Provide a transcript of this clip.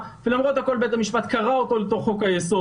ולמרות הכול בית המשפט קרא אותו אל תוך חוק היסוד